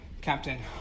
Captain